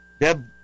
Deb